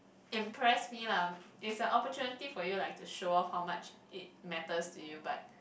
impress me lah it's an opportunity for you like to show off how much it matters to you but